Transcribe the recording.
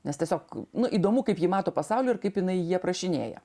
nes tiesiog nu įdomu kaip ji mato pasaulį ir kaip jinai jį aprašinėja